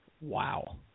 Wow